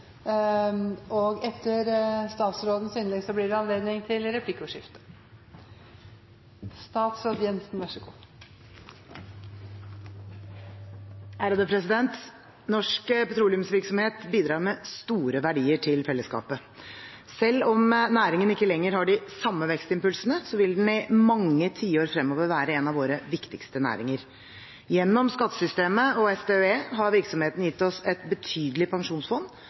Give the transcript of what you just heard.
til. Norsk petroleumsvirksomhet bidrar med store verdier til fellesskapet. Selv om næringen ikke lenger har de samme vekstimpulsene, vil den i mange tiår fremover være en av våre viktigste næringer. Gjennom skattesystemet og SDØE har virksomheten gitt oss et betydelig pensjonsfond